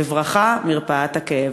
בברכה, מרפאת הכאב.